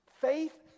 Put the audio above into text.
Faith